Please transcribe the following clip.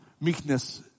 Meekness